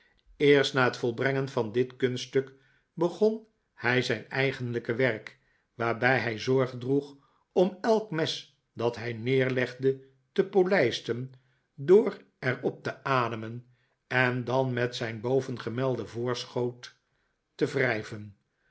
eerst na het volbrengen van dit kunststuk begon hij zijn eigenlijke werk waarbij hij zorg droeg om elk mes dat hij neerlegde te polijsten door er op te ademen en dan met zijn bovengemelde voorschoot te wrijven